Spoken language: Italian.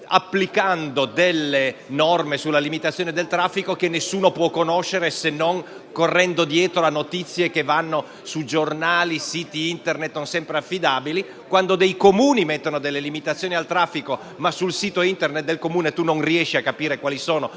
applicando delle norme sulla limitazione del traffico che nessuno può conoscere, se non correndo dietro a notizie che appaiono su giornali e siti non sempre affidabili; quando dei Comuni stabiliscono delle limitazioni al traffico, ma sul sito Internet del Comune non si riesce a capire quali sono